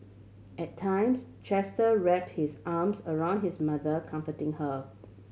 at times Chester wrapped his arms around his mother comforting her